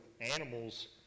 animals